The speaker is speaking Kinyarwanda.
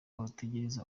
batekereza